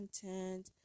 content